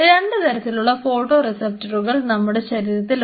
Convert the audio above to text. രണ്ട് തരത്തിലുള്ള ഫോട്ടോറിസപ്റ്ററുകൾ നമ്മുടെ ശരീരത്തിലുണ്ട്